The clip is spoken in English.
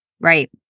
Right